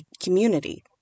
community